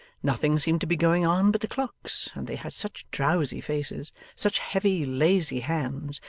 nothing seemed to be going on but the clocks, and they had such drowzy faces, such heavy lazy hands,